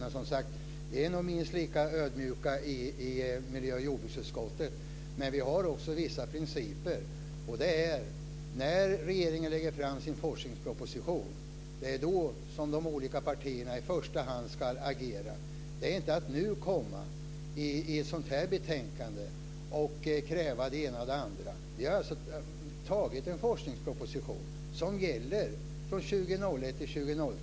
Men, som sagt, vi är nog minst lika ödmjuka i miljöoch jordbruksutskottet, men vi har också vissa principer. De olika partierna ska i första hand agera när regeringen lägger fram sin forskningsproposition och ska inte i samband med ett sådant här betänkande komma och kräva det ena och det andra. Vi har alltså antagit en forskningsproposition som gäller 2001-2003.